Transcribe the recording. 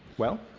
well,